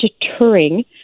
deterring